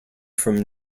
from